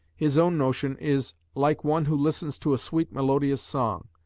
his own notion is like one who listens to a sweet melodious song,